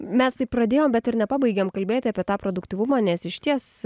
mes taip pradėjom bet ir nepabaigėm kalbėti apie tą produktyvumą nes išties